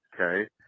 okay